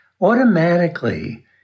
automatically